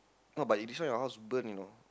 no but in this one your house burn you know